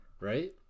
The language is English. right